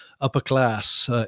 upper-class